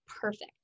perfect